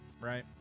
right